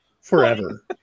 forever